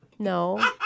No